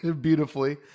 beautifully